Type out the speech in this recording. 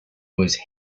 always